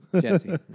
Jesse